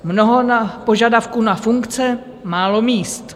Mnoho požadavků na funkce, málo míst.